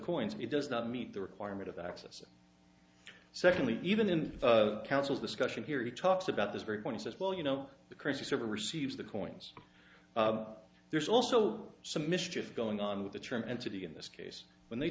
coins it does not meet the requirement of access secondly even in the council's discussion here he talks about this very point as well you know the critics ever received the coins there's also some mischief going on with the term entity in this case when they